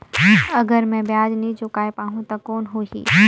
अगर मै ब्याज नी चुकाय पाहुं ता कौन हो ही?